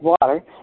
water